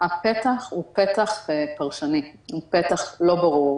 הפתח הוא פתח פרשני, הוא פתח לא ברור.